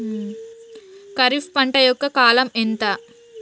ఖరీఫ్ పంట యొక్క కాలం ఎంత?